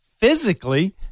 physically